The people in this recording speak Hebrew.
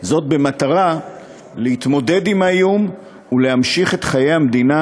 במטרה להתמודד עם האיום ולהמשיך את חיי המדינה,